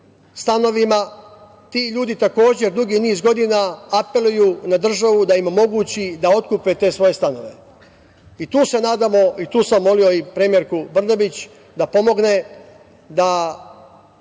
stanovima. Ti ljudi takođe dugi niz godina apeluju na državu da im omogući da otkupe te svoje stanove. I tu se nadamo i tu sam molio i premijerku Brnabić da pomogne da